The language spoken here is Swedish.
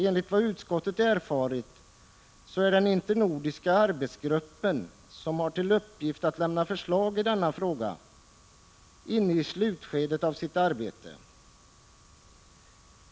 Enligt vad utskottet erfarit så är den internordiska arbetsgruppen, som har till uppgift att lämna förslag i denna fråga, inne i slutskedet av sitt arbete.